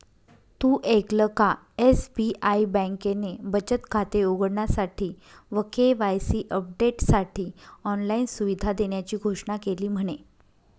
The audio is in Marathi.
तु ऐकल का? एस.बी.आई बँकेने बचत खाते उघडण्यासाठी व के.वाई.सी अपडेटसाठी ऑनलाइन सुविधा देण्याची घोषणा केली म्हने